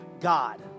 God